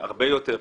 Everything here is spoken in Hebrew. הרבה יותר.